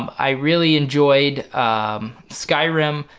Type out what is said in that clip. um i really enjoyed skyrim,